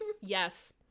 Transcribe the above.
Yes